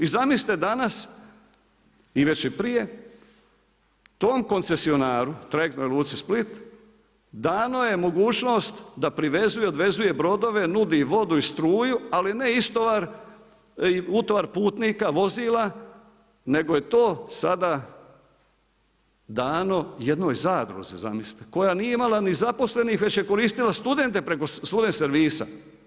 I zamislite danas i već i prije tom koncesionaru trajektnoj luci Split dano je mogućnost da privezuje i odvezuje brodove, nudi vodu i struju ali ne istovar, utovar putnika, vozila, nego je to sada dano jednoj zadruzi, zamislite, koja nije imala ni zaposlenih već je koristila studente preko Student servisa.